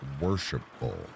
worshipful